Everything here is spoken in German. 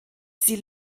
sie